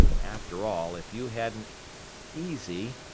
after all, if you hadn't easy,